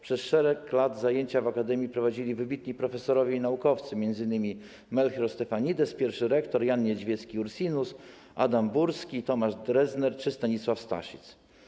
Przez wiele lat zajęcia w akademii prowadzili wybitni profesorowie i naukowcy, m.in. Melchior Stefanides, pierwszy rektor Jan Niedźwiecki-Ursinus, Adam Burski, Tomasz Drezner czy Stanisław Staszic.